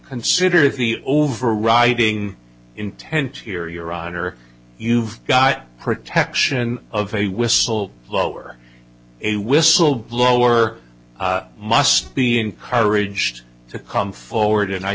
consider the overriding intent here your honor you've got protection of a whistle blower a whistle blower must be encouraged to come forward and i